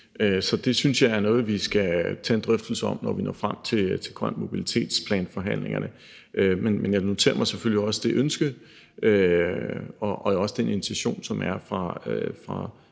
Så det synes jeg er noget, vi skal tage en drøftelse om, når vi når frem til forhandlingerne om en grøn mobilitetsplan. Men jeg noterer mig selvfølgelig også det ønske og den intention, som Venstres